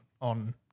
on